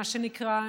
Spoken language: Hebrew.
מה שנקרא,